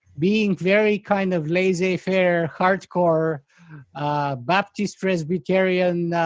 being very kind of laissez-faire, hard core baptist, presbyterian,